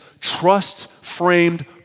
trust-framed